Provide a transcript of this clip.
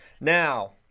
Now –